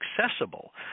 accessible